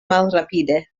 malrapide